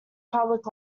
public